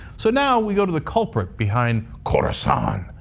so now we go to the culprit behind khorasan,